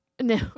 No